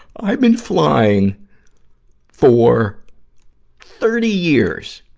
i've been flying for thirty years,